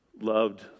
loved